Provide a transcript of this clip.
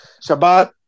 Shabbat